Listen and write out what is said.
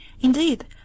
indeed